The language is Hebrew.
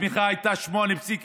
הצמיחה הייתה 8.1%,